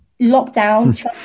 lockdown